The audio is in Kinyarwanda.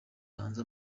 hanze